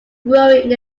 growing